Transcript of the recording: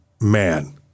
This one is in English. man